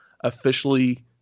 officially